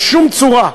בשום צורה,